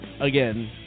again